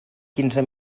quinze